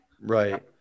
right